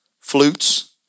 flutes